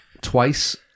twice